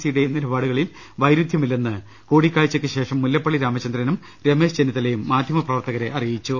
സിയുടെയും നിലപാടുകളിൽ വൈരുദ്ധ്യമില്ലെന്ന് കൂടിക്കാഴ്ചയ്ക്ക് ശേഷം മുല്ലപ്പള്ളി രാമചന്ദ്രനും രമേശ് ചെന്നിത്തലയും മാധ്യമ പ്രവർത്തകരെ അറിയിച്ചു